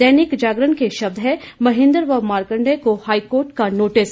दैनिक जागरण के शब्द हैं महेंद्र व मार्कंडेय को हाईकोर्ट का नोटिस